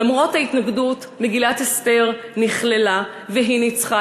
למרות ההתנגדות, מגילת אסתר נכללה, והיא ניצחה.